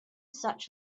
such